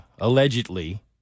allegedly